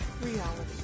reality